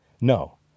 No